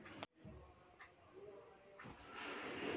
वाटाणा पेरणी नंतर औषध फवारणी किती दिवसांनी करावी?